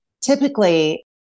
typically